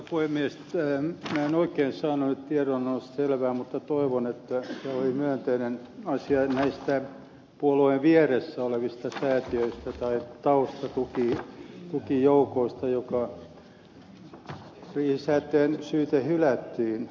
minä en oikein saanut nyt tiedonannosta selvää mutta toivon että se oli myönteinen käsitellessään näitä puolueen vieressä olevia säätiöitä tai taustatukijoukkoja riihi säätiön syyte hylättiin ed